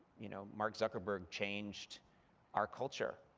you know mark zuckerberg changed our culture.